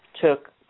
took